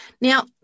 Now